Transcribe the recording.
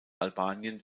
albanien